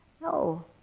No